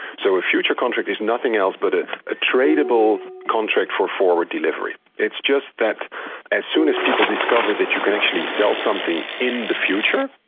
so a future contract is nothing else but a tradeable contract for forward delivery, it's just that as soon as people discovered that you can actually sell something in the future,